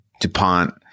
Dupont